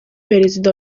perezida